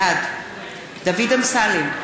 בעד דוד אמסלם,